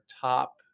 top